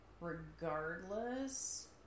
regardless